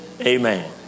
Amen